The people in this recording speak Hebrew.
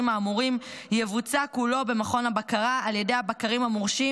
האמורים יבוצע כולו במכון הבקרה על ידי הבקרים המורשים,